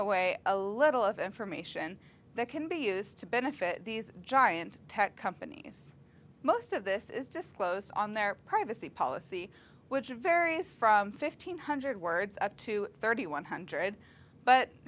away a little of information that can be used to benefit these giant tech companies most of this is disclosed on their privacy policy which varies from fifteen hundred words up to thirty one hundred but